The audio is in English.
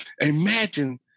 imagine